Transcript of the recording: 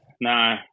No